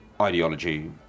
ideology